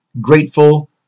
grateful